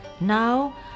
now